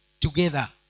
together